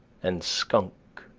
and skunk,